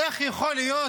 איך יכול להיות